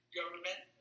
government